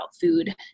food